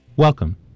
Welcome